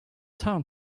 town